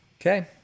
Okay